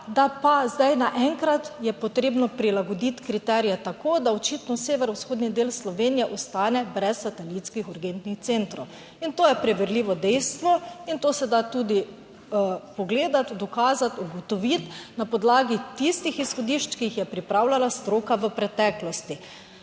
da pa zdaj naenkrat je potrebno prilagoditi kriterije, tako da očitno severovzhodni del Slovenije ostane brez satelitskih urgentnih centrov in to je preverljivo dejstvo. In to se da tudi pogledati, dokazati, ugotoviti na podlagi tistih izhodišč, ki jih je pripravljala stroka v preteklosti.